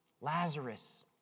Lazarus